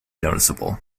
noticeable